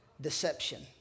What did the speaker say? deception